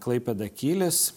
klaipėda kylis